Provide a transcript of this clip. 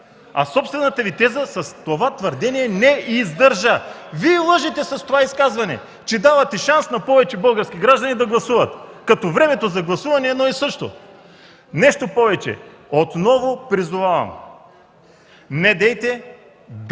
Собствената Ви теза с това твърдение не из-дър-жа! Вие лъжете с това изказване, че давате шанс на повече български граждани да гласуват, като времето за гласуване е едно и също! Нещо повече – отново призовавам: недейте да